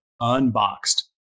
UNBOXED